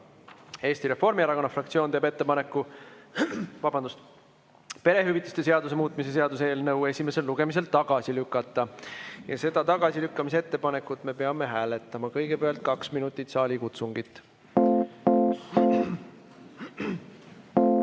Eesti Reformierakonna fraktsioon teeb ettepaneku perehüvitiste seaduse muutmise seaduse eelnõu esimesel lugemisel tagasi lükata. Seda tagasilükkamise ettepanekut me peame hääletama. Kõigepealt kaks minutit saalikutsungit. Head